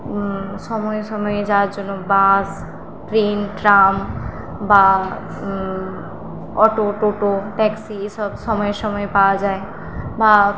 সময়ে সময়ে যাওয়ার জন্য বাস ট্রেন ট্রাম বা অটো টোটো ট্যাক্সি সব সময়ে সময়ে পাওয়া যায় বা